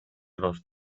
los